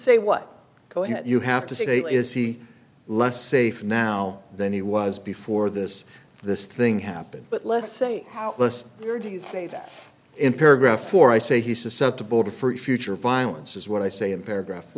say what you have to say is he less safe now than he was before this this thing happened but let's say how your do you say that in paragraph four i say he susceptible to for future violence is what i say in paragraph